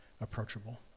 approachable